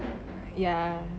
ya